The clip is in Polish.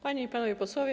Panie i Panowie Posłowie!